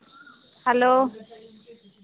hello